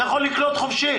אתה יכול לקלוט אותם חופשי.